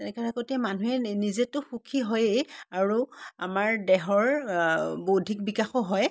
আগতে মানুহে নিজেতো সুখী হৈয়েই আৰু আমাৰ দেহৰ বৌদ্ধিক বিকাশো হয়